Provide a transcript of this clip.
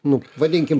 nu vadinkim